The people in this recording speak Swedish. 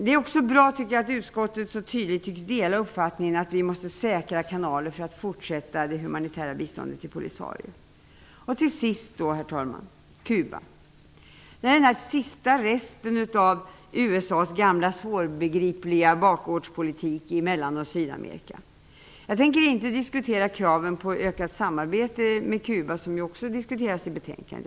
Det är också bra att utskottet så tydligt tycks dela uppfattningen att vi måste säkra kanaler för att fortsätta det humanitära biståndet till Polisario. USA:s gamla svårbegripliga bakgårdspolitik i Mellan och Sydamerika. Jag tänker inte diskutera kraven på ökat samarbete med Cuba, vilket också tas upp i betänkandet.